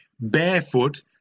barefoot